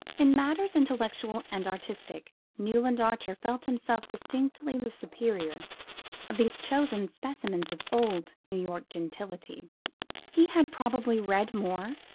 in matters intellectual and artistic newland archer felt himself distinctly the superior of these chosen specimens of old new york gentility he had probably read more,